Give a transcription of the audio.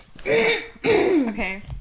Okay